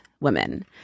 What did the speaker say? women